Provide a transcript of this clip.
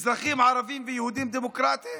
אזרחים ערבים ויהודים דמוקרטים,